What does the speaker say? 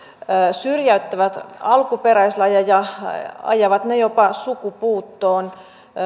syrjäyttävät alkuperäislajeja ajavat ne jopa sukupuuttoon